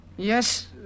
Yes